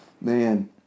man